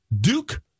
Duke